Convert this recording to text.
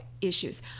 issues